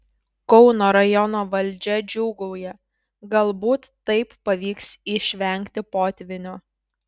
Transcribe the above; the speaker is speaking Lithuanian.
kauno rajono valdžia džiūgauja galbūt taip pavyks išvengti potvynio